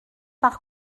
par